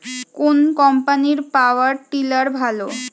কোন কম্পানির power tiller ভালো?